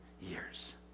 years